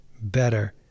better